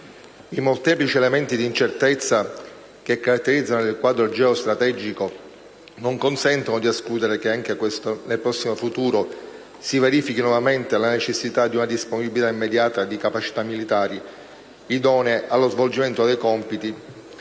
I molteplici elementi di incertezza che caratterizzano il quadro geostrategico non consentono di escludere che, anche nel prossimo futuro, si verifichi nuovamente la necessità di una disponibilità immediata di capacità militari idonee allo svolgimento dei compiti